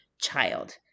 child